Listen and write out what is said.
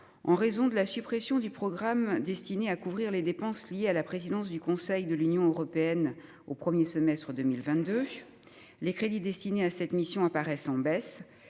En raison de la suppression du programme destiné à couvrir les dépenses liées à la présidence du Conseil de l'Union européenne, exercée par la France au premier semestre 2022, les crédits destinés à cette mission paraissent en baisse